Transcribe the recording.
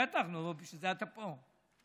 בטח, בשביל זה אתה פה.